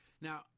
Now